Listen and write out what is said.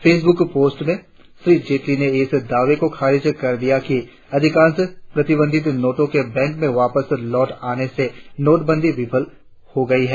Facebook post में श्री जेटली ने इस दावे को खारिज कर दिया कि अधिकांश प्रतिबंधित नोटों के बैंको में वापस लौट आने से नोटबंदी विफल हो गई है